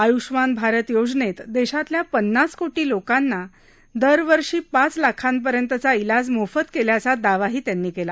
आयषमान भारत योजनेत देशातल्या पन्नास कोटी लोकांना दरवर्षी पाच लाखांपर्यंतचा इलाज मोफत केल्याचा दावाही त्यांनी केला